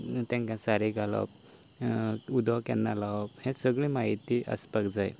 तांकां सारें घालप उदक केन्ना लावप हें सगळें म्हायती आसपाक जाय